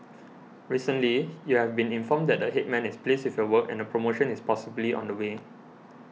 recently you have been informed that the Headman is pleased with your work and a promotion is possibly on the way